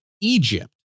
Egypt